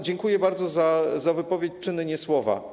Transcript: Dziękuję bardzo za wypowiedź: czyny nie słowa.